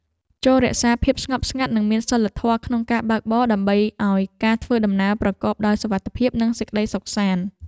ចូររក្សាភាពស្ងប់ស្ងាត់ និងមានសីលធម៌ក្នុងការបើកបរដើម្បីឱ្យការធ្វើដំណើរប្រកបដោយសុវត្ថិភាពនិងសេចក្តីសុខសាន្ត។